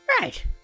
Right